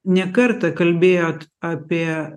ne kartą kalbėjot apie